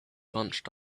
bunched